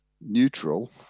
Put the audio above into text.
Neutral